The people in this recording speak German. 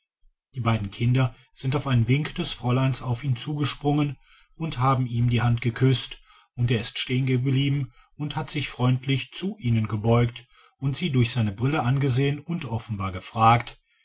die beiden kinder sind auf einen wink des fräuleins auf ihn zugesprungen und haben ihm die hand geküßt und er ist stehen geblieben und hat sich freundlich zu ihnen gebeugt und sie durch seine brille angesehen und offenbar gefragt